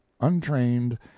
untrained